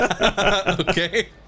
Okay